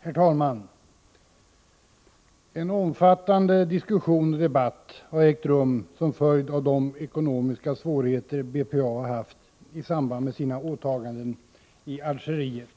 Herr talman! En omfattande diskussion och debatt har ägt rum som följd av de ekonomiska svårigheter BPA har haft i samband med sina åtaganden i Algeriet